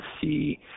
see